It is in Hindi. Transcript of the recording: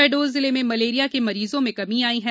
शहडोल जिले में मलेरिया के मरीजों में कमी आई है